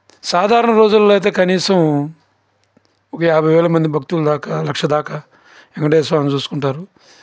సాధారణ రోజుల్లో అయితే కనీసం ఒక యాభై వేల మంది భక్తుల దాకా లక్ష దాకా వెంకటేశ్వర స్వామిని చూసుకుంటారు